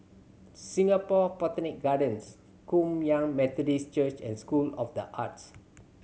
Singapore Botanic Gardens Kum Yan Methodist Church and School of The Arts